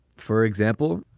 for example,